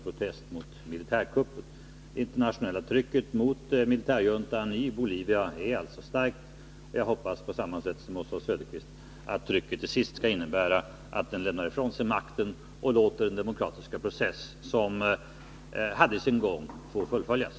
Det internationella trycket mot militärjuntan i Bolivia är alltså starkt. Jag hoppas, liksom Oswald Söderqvist, att trycket till sist skall medföra att den lämnar ifrån sig makten och låter den demokratiska process som hade sin gång få fullföljas.